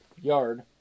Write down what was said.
yard